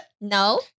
No